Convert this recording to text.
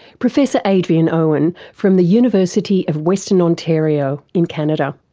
professor adrian owen from the university of western ontario in canada.